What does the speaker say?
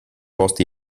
posti